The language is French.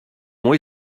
m’ont